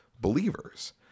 believers